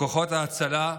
בכוחות ההצלה,